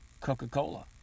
Coca-Cola